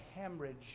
hemorrhage